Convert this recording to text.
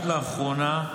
ולאחרונה,